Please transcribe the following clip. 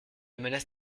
menace